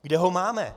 Kde ho máme?